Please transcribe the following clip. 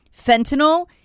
Fentanyl